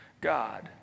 God